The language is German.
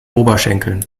oberschenkeln